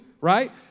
right